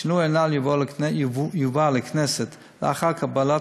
השינוי הנ"ל יובא לכנסת לאחר קבלת